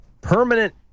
Permanent